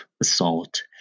assault